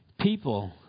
people